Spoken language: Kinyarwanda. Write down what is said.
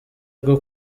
rwo